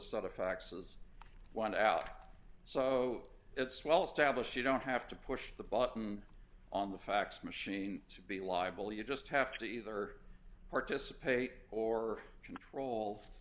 set of faxes want out so it's well established you don't have to push the button on the fax machine to be libel you just have to either participate or controls